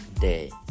day